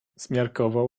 zmiarkował